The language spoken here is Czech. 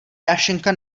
dášeňka